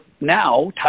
now